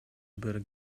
бир